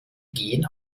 gen